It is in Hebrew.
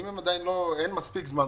אם עדיין אין מספיק זמן,